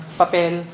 papel